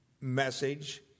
message